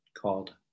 called